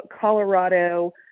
Colorado